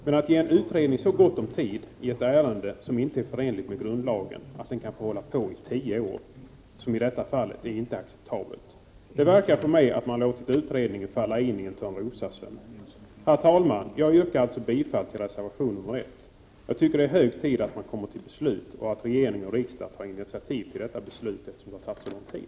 Men att ge en utredning rörande regler som inte är förenliga med grundlagen så god tid, att den kan hålla på i tio år, är inte acceptabelt. Det förefaller mig som om man låtit utredningen falla i en törnrosasömn. Jag yrkar alltså bifall till reservation 1. Jag tycker det är hög tid att riksdagen tar initiativ till att det fattas ett beslut, eftersom utredningen tagit så lång tid.